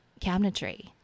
cabinetry